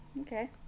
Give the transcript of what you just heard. Okay